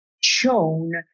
shown